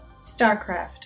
StarCraft